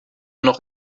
noch